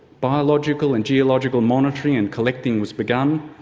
biological and geological monitoring and collecting was begun,